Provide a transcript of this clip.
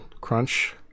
crunch